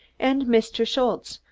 and mr. schultze,